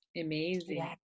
amazing